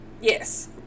yes